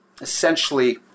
essentially